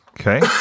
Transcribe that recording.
Okay